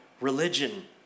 religion